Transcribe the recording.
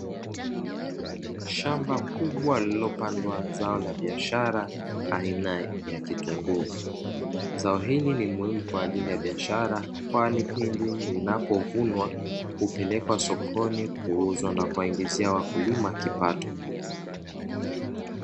Shamba kubwa lililopandwa zao la biashara aina ya kitunguu. Zao hili ni muhimu kwa ajili ya biashara, kwani pindi linapovunwa hupelekwa sokoni kuuzwa na kuingizia wakulima kipato.